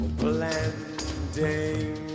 blending